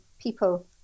people